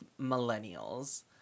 millennials